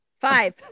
Five